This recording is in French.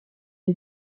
est